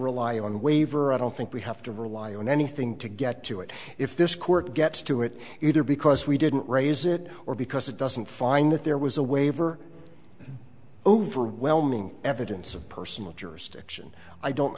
rely on waiver i don't think we have to rely on anything to get to it if this court gets to it either because we didn't raise it or because it doesn't find that there was a waiver overwhelming evidence of personal jurisdiction i